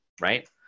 Right